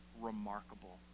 remarkable